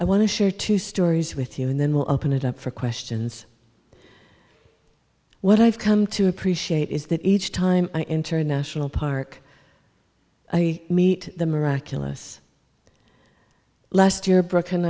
i want to share two stories with you and then we'll open it up for questions what i've come to appreciate is that each time i international park i meet the miraculous last year brooke